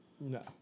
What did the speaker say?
No